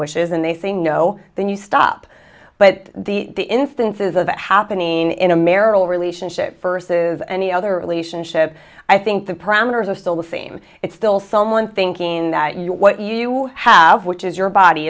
wishes and they say no then you stop but the instances of it happening in a merrill relationship first has any other relationship i think the parameters are still the same it's still someone thinking that you are what you have which is your body